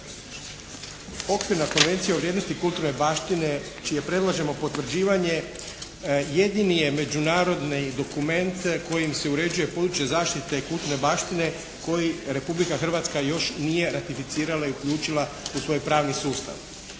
Okvirna konvencija o vrijednosti kulturne baštine čije je predloženo potvrđivanje jedini je međunarodni dokument kojim se uređuje područje zaštite kulturne baštine koji Republika Hrvatska još nije ratificirala i uključila u svoje pravni sustav.